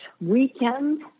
weekend